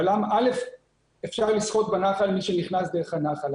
אבל אפשר לשחות לנחל, מי שנכנס דרך הנחל.